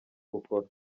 gukora